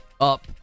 up